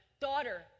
daughter